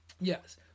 Yes